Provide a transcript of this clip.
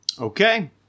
Okay